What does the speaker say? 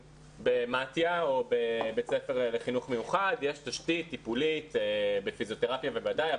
במתי"א או בבית ספר לחינוך מיוחד יש תשתית טיפולית בפיזיותרפיה בוודאי,